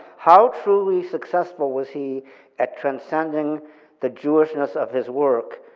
how truly successful was he at transcending the jewishness of his work,